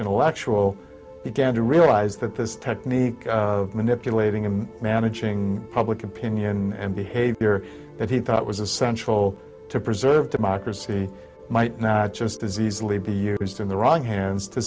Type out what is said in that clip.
actual began to realize that this technique of manipulating and managing public opinion and behavior that he thought was essential to preserve democracy might not just as easily be used in the wrong hands to